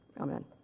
Amen